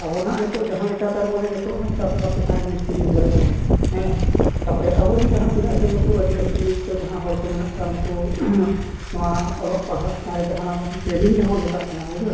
ᱟᱵᱚ ᱦᱟᱸᱜ ᱱᱤᱛᱚᱜ ᱡᱟᱦᱟᱸ ᱞᱮᱠᱟ ᱛᱟᱨ ᱢᱟᱱᱮ ᱱᱤᱛᱚᱜ ᱦᱟᱸᱜ ᱪᱟᱥ ᱵᱟᱥ ᱪᱮᱛᱟᱱ ᱨᱮᱜᱮ ᱡᱟᱹᱥᱛᱤ ᱱᱤᱨᱵᱷᱚᱨᱮᱜᱼᱟ ᱵᱚᱱ ᱦᱮᱸ ᱛᱟᱨᱯᱚᱨᱮ ᱟᱵᱚᱨᱮᱱ ᱡᱟᱦᱟᱸ ᱛᱤᱱᱟᱹᱜ ᱜᱮ ᱱᱩᱠᱩ ᱟᱹᱫᱤᱵᱟᱹᱥᱤ ᱠᱚ ᱡᱟᱦᱟᱸ ᱦᱚᱲ ᱠᱚ ᱢᱮᱱᱟᱜ ᱠᱚᱣᱟ ᱱᱩᱠᱩ ᱱᱚᱣᱟ ᱚᱞᱚᱜ ᱯᱟᱲᱦᱟᱣ ᱪᱮᱛᱟᱱ ᱨᱮ ᱡᱟᱦᱟᱱᱟᱜ ᱢᱤᱫᱴᱤᱡ ᱴᱨᱮᱱᱤᱝ ᱡᱟᱦᱟᱸ ᱵᱚᱱ ᱢᱮᱛᱟᱫ ᱠᱟᱱᱟ ᱵᱩᱡᱷᱟᱹᱣ ᱪᱮ